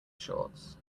shorts